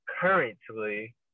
currently